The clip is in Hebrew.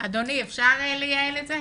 אדוני, אפשר לייעל את זה?